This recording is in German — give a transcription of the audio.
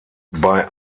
bei